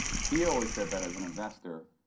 he always said that as an investor,